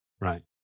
right